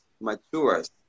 matures